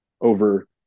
over